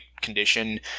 condition